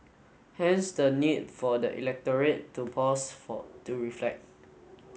hence the need for the electorate to pause for to reflect